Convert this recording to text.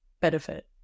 benefit